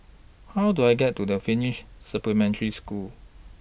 How Do I get to The Finnish Supplementary School